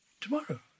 tomorrow